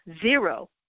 zero